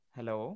Hello